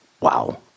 wow